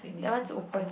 that one's open